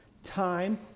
Time